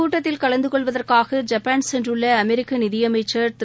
கூட்டத்தில் கலந்து கொள்வதற்காக ஜப்பான் சென்றுள்ள அமெரிக்க நிதியமைச்சர் திரு